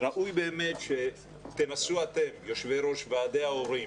ראוי באמת שתנסו אתם, יושבי-ראש ועדי ההורים,